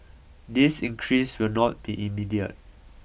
this increase will not be immediate